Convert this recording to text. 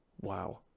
wow